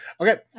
Okay